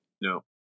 No